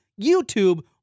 YouTube